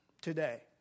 today